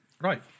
right